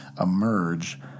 emerge